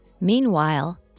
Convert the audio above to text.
Meanwhile